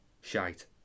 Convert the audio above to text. shite